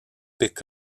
pick